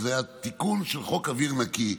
וזה היה תיקון של חוק אוויר נקי,